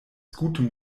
gutem